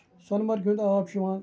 سونہٕ مَرگہِ ہُند آب چھُ یِوان